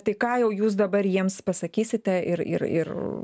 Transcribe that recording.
tai ką jau jūs dabar jiems pasakysite ir ir ir